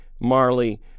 Marley